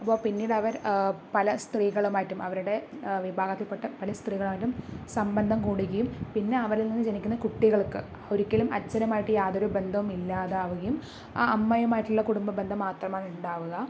അപ്പോൾ പിന്നീടവർ പല സ്ത്രീകളുമായിട്ടും അവരുടെ വിഭാഗത്തിൽപ്പെട്ട പല സ്ത്രീകളുമായിട്ടും സംബന്ധം കൂടുകയും പിന്നെ അവരിൽ നിന്ന് ജനിക്കുന്ന കുട്ടികൾക്ക് ഒരിക്കലും അച്ഛനുമായിട്ട് യാതൊരു ബന്ധം ഇല്ലാതാവുകയും ആ അമ്മയുമായിട്ടുള്ള കുടുംബ ബന്ധം മാത്രമാണ് ഉണ്ടാവുക